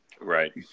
Right